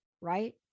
right